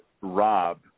Rob